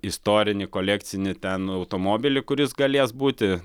istorinį kolekcinį ten automobilį kuris galės būti